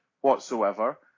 whatsoever